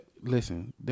Listen